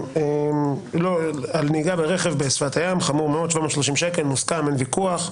זה חמור מאוד, 730 ש"ח מוסכם, אין ויכוח.